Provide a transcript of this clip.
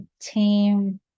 team